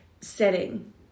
setting